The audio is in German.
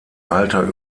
alter